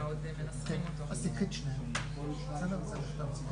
וכרגע לצערי הרב זה מעט מדי,